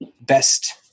best